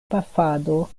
pafado